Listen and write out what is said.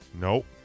Nope